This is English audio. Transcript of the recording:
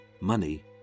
money